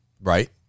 Right